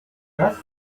just